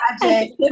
project